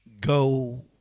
Go